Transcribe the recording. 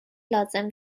لازم